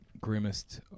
grimmest